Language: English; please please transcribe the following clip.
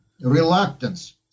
Reluctance